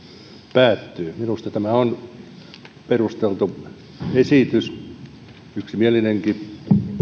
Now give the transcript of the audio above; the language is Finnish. päättyy minusta tämä on perusteltu esitys yksimielinenkin